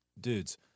dudes